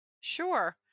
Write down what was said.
Sure